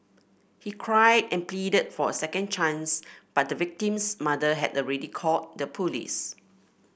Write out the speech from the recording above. he cried and pleaded for a second chance but the victim's mother had already called the police